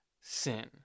sin